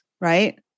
right